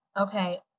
Okay